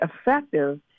effective